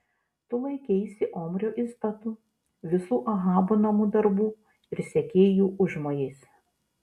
tu laikeisi omrio įstatų visų ahabo namų darbų ir sekei jų užmojais